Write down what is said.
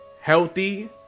healthy